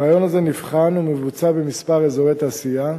הרעיון הזה נבחן ומבוצע בכמה אזורי תעשייה,